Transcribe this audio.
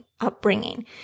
upbringing